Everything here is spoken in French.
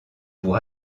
pour